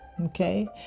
Okay